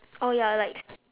oh ya like